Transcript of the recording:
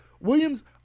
William's